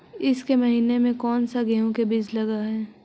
ईसके महीने मे कोन सा गेहूं के बीज लगे है?